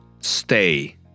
stay